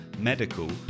medical